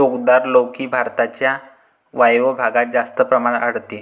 टोकदार लौकी भारताच्या वायव्य भागात जास्त प्रमाणात आढळते